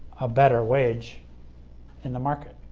a better wage in the market.